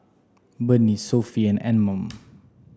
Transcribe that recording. Burnie Sofy and Anmum